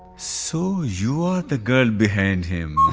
so you're the girl behind him.